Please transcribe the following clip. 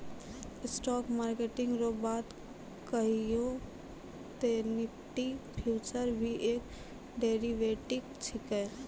stock market रो बात कहियो ते निफ्टी फ्यूचर भी एक डेरीवेटिव छिकै